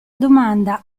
domanda